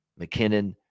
McKinnon